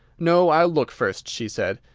no, i'll look first, she said,